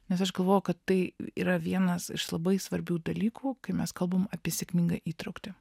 nes aš galvoju kad tai yra vienas iš labai svarbių dalykų kai mes kalbam apie sėkmingą įtrauktį